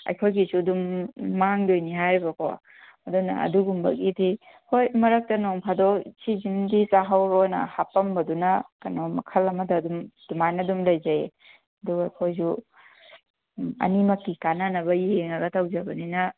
ꯑꯩꯈꯣꯏꯒꯤꯁꯨ ꯑꯗꯨꯝ ꯃꯥꯡꯗꯣꯏꯅꯤ ꯍꯥꯏꯔꯤꯕꯀꯣ ꯑꯗꯨꯅ ꯑꯗꯨꯒꯨꯝꯕꯒꯤꯗꯤ ꯍꯣꯏ ꯃꯔꯛꯇ ꯅꯣꯡ ꯐꯥꯗꯣꯛ ꯁꯤꯁꯤꯝꯗꯤ ꯆꯥꯍꯧꯔꯣꯅ ꯍꯥꯞꯄꯝꯕꯗꯨꯅ ꯀꯩꯅꯣ ꯃꯈꯜ ꯑꯃꯗ ꯑꯗꯨꯝ ꯑꯗꯨꯃꯥꯏꯅ ꯑꯗꯨꯝ ꯂꯩꯖꯩ ꯑꯗꯨꯒ ꯑꯩꯈꯣꯏꯁꯨ ꯑꯅꯤꯃꯛꯀꯤ ꯀꯥꯟꯅꯅꯕ ꯌꯦꯡꯉꯒ ꯇꯧꯖꯕꯅꯤꯅ